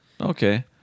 Okay